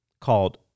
called